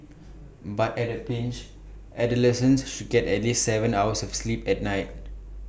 but at A pinch adolescents should get at least Seven hours of sleep at night